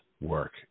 work